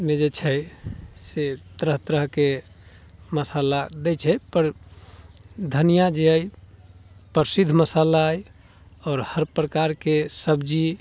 मे जे छै से तरह तरहके मसाला दय छै पर धनिया जे अइ प्रसिद्ध मसाला अइ आओर हर प्रकारके सब्जी